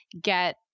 get